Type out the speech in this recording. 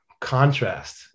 contrast